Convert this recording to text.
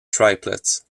triplets